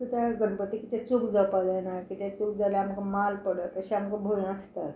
कित्या गणपती कितें चूक जावपाक जायना कितें चूक जाल्यार आमकां माल पड अशें आमकां भंय आसता